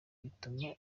bituma